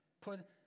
Put